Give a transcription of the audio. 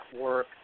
work